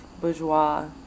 bourgeois